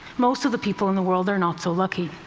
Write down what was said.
most of the people in the world are not so lucky.